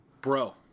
Bro